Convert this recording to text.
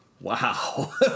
Wow